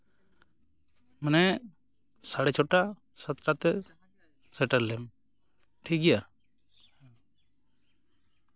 ᱢᱟᱱᱮ ᱥᱟᱲᱮ ᱪᱷᱚᱴᱟ ᱥᱟᱛᱴᱟ ᱛᱮ ᱥᱮᱴᱮᱨᱞᱮᱢ ᱴᱷᱤᱠᱜᱮᱭᱟ